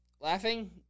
laughing